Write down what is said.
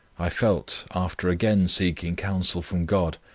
i felt, after again seeking counsel from god,